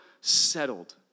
settled